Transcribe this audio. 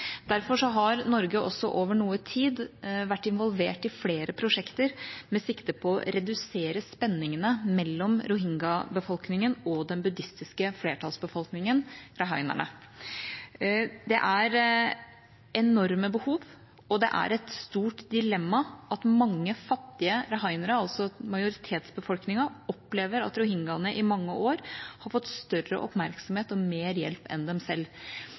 Derfor har Norge også over noe tid vært involvert i flere prosjekter med sikte på å redusere spenningene mellom rohingya-befolkningen og den buddhistiske flertallsbefolkningen, rakhinerne. Det er enorme behov, og det er et stort dilemma at mange fattige rakhinere, altså majoritetsbefolkningen, opplever at rohingyane i mange år har fått større oppmerksomhet og mer hjelp enn dem selv.